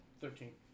Thirteen